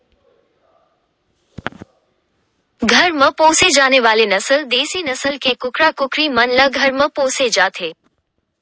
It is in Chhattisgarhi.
घर म पोसे जाने वाले नसल देसी नसल के कुकरा कुकरी मन ल घर म पोसे जाथे